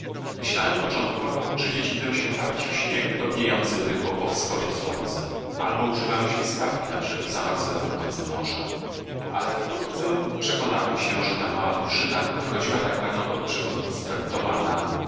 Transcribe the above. myślałem początkowo że dzieci idą się bawić w śniegu topniejącym rychło po wschodzie słońca albo używają ślizgawki na brzegu zamarzłego w nocy morza ale wkrótce przekonałem się że ta mała drużyna wychodziła tak rano pod przewodnictwem toma na